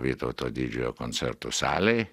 vytauto didžiojo koncertų salėj